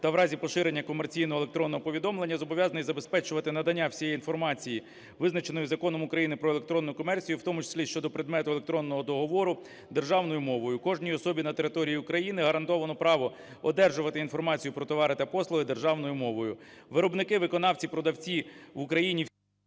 та в разі поширення комерційного електронного повідомлення зобов'язаний забезпечувати надання всієї інформації, визначеної Законом України "Про електронну комерцію", в тому числі щодо предмету електронного договору, державною мовою. Кожній особі на території України гарантовано право одержувати інформацію про товари та послуги державною мовою. Виробники, виконавці, продавці в Україні…